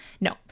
No